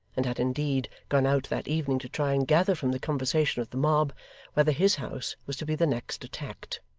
and had indeed gone out that evening to try and gather from the conversation of the mob whether his house was to be the next attacked.